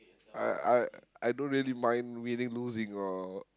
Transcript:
I I I don't really mind winning losing or